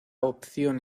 opción